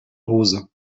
hose